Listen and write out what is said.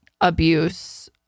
abuse